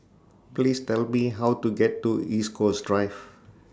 Please Tell Me How to get to East Coast Drive